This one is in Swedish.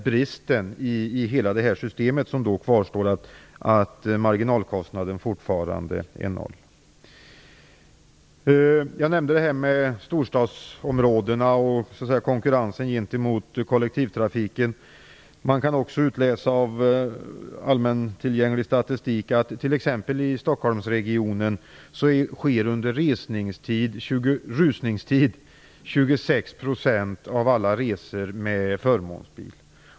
Bristen i hela det här systemet kvarstår, dvs. att marginalkostnaden fortfarande är noll. Jag nämnde storstadsområdena och konkurrensen med kollektivtrafiken. Man kan också utläsa av allmänt tillgänglig statistik att 26 % av alla resor under rusningstid i t.ex Stockholmsregionen sker med förmånsbil.